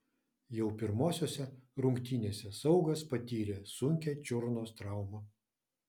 jau pirmosiose rungtynėse saugas patyrė sunkią čiurnos traumą